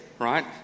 Right